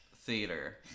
theater